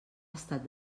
estat